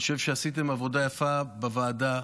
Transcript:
אני חושב שעשיתם עבודה יפה בוועדה,